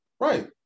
Right